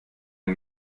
ein